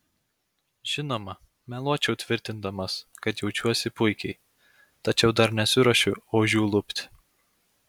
žinoma meluočiau tvirtindamas kad jaučiuosi puikiai tačiau dar nesiruošiu ožių lupti